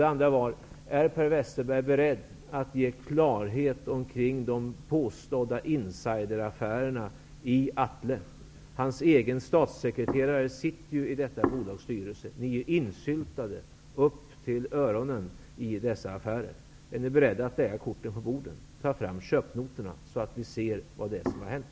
Det andra var: Är Per Westerberg beredd att ge klarhet i de påstådda insideraffärerna i Atle? Hans egen statssekreterare sitter ju i detta bolags styrelse. Ni är insyltade upp över öronen i dessa affärer. Är ni beredda att lägga korten på bordet, framför allt köpnotorna, så att vi ser vad som har hänt?